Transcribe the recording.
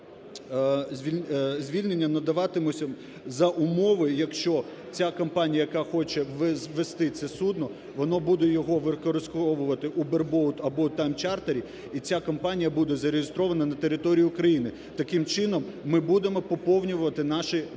Звільнення надаватимуться за умови, якщо ця компанія, яка хоче ввести це судно, воно буде його використовувати у бербоут або тайм-чартері, і ця компанія буде зареєстрована на території України. Таким чином ми будемо поповнювати наші бюджети